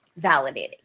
validating